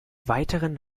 weiteren